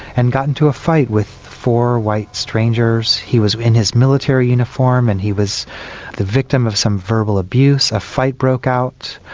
and got into a fight with four white strangers. he was in his military uniform and he was the victim of some verbal abuse, a fight broke out,